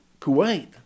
Kuwait